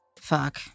Fuck